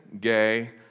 gay